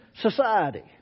society